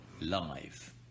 live